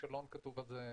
הכישלון על זה כתוב מראש.